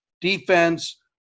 defense